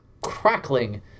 crackling